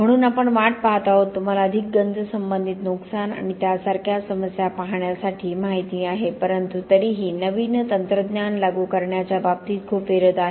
म्हणून आपण वाट पाहत आहोत तुम्हाला अधिक गंज संबंधित नुकसान आणि त्यासारख्या समस्या पाहण्यासाठी माहिती आहे परंतु तरीही नवीन तंत्रज्ञान लागू करण्याच्या बाबतीत खूप विरोध आहे